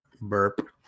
burp